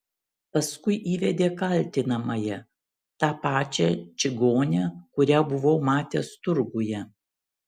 paskui įvedė kaltinamąją tą pačią čigonę kurią buvau matęs turguje